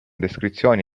descrizioni